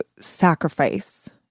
sacrifice